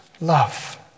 love